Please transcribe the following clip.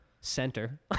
Center